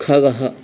खगः